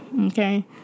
okay